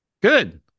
Good